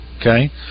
Okay